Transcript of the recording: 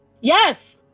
Yes